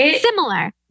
Similar